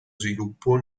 sviluppo